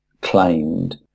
claimed